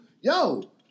Yo